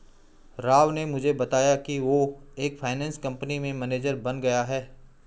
राव ने मुझे बताया कि वो एक फाइनेंस कंपनी में मैनेजर बन गया है